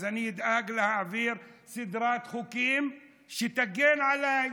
אז אני אדאג להעביר סדרת חוקים שתגן עליי.